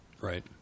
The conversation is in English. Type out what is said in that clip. right